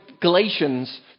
Galatians